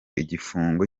igifungo